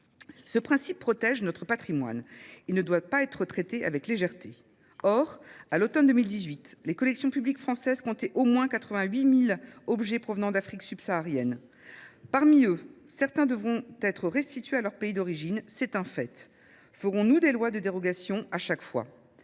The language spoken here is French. Ce principe protège notre patrimoine. Il ne doit pas être traité avec légèreté. Or, à l'automne 2018, les collections publiques françaises comptaient au moins 88 000 objets provenant d'Afrique subsaharienne. Parmi eux, certains devront être restitués à leur pays d'origine. C'est un fait. Ferons-nous des lois de dérogation à chaque fois ?